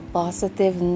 positive